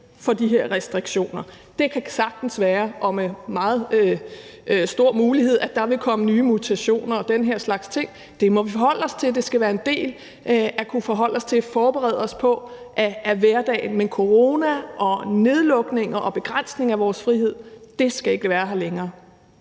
for de her restriktioner. Det kan sagtens være og med meget stor sandsynlighed, at der vil komme nye mutationer og den her slags ting, men det må vi så forholde os til, for vi skal kunne forholde os til og forberede os på, at hverdagen med corona og nedlukninger og begrænsning af vores frihed ikke skal være her længere.